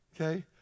Okay